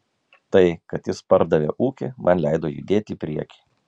tai kad jis pardavė ūkį man leido judėti į priekį